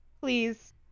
please